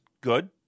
good